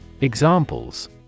Examples